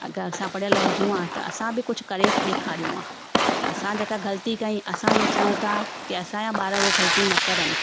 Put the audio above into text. अगरि असां पढ़ियल हुजूं हां त असां बि कुझु करे ॾेखारियूं हां त असां जेका ग़लिती कई असां उहो चाहियूं था की असांजा ॿार उहे ग़लिती न करनि